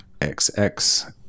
XX